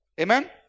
Amen